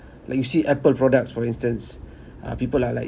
like you see apple products for instance uh people are like